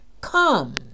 Come